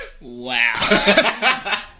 Wow